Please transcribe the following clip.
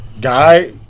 guy